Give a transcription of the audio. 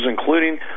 including